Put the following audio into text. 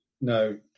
no